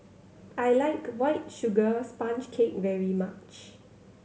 I like White Sugar Sponge Cake very much